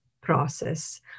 process